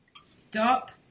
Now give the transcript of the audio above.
Stop